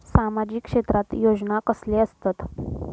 सामाजिक क्षेत्रात योजना कसले असतत?